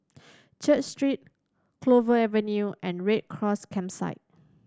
Church Street Clover Avenue and Red Cross Campsite